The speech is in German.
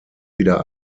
wieder